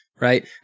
Right